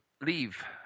leave